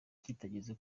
kitageze